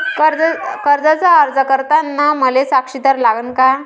कर्जाचा अर्ज करताना मले साक्षीदार लागन का?